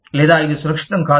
లేదా ఇది సురక్షితం కాదు